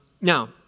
Now